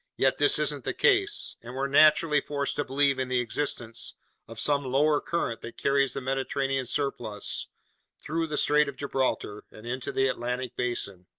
yet this isn't the case, and we're naturally forced to believe in the existence of some lower current that carries the mediterranean's surplus through the strait of gibraltar and into the atlantic basin.